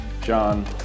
John